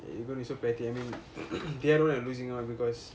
are gonna be so petty I mean they are the ones losing out because